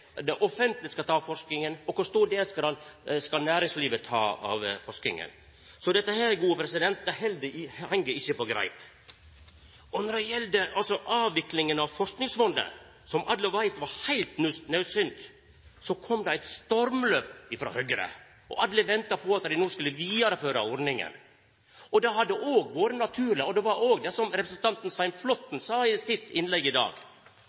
det offentlege skal ta av forskinga, og kor stor del næringslivet skal ta av forskinga. Så dette heng ikkje på greip. Når det gjeld avviklinga av Forskingsfondet, som alle veit var heilt naudsynt, kom det eit stormløp frå Høgre. Alle venta på at dei no skulle vidareføra ordninga. Det hadde òg vore naturleg, og det var òg det som representanten Flåtten sa i sitt innlegg i dag.